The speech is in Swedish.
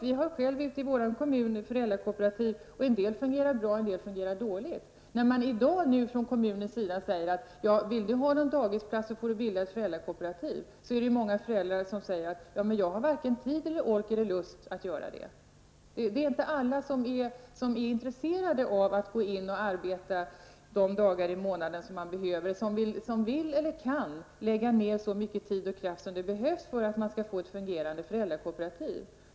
I vår kommun har vi föräldrakooperativ. En del fungerar bra, en del fungerar dåligt. När man i dag säger: Vill du ha en dagisplats får du bilda ett föräldrakooperativ, då är det många föräldrar som säger: jag har varken tid eller ork eller lust att göra det. Det är inte alla som är intresserade av att gå in och arbeta de dagar i månaden som behövs, och som vill eller kan lägga ned så mycket tid och kraft som behövs för att man skall få ett fungerande föräldrakooperativ.